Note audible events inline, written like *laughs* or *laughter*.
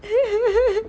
*laughs*